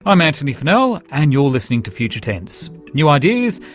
i'm antony funnell and you're listening to future tense, new ideas,